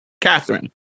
Catherine